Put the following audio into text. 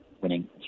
winning